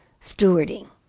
stewarding